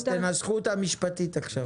אז תנסחו אותה משפטית עכשיו.